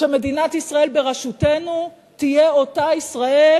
שמדינת ישראל בראשותנו תהיה אותה ישראל